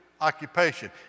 occupation